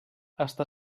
està